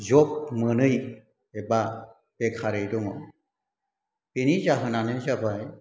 जब मोनै एबा बेखारै दङ बेनि जाहोनानो जाबाय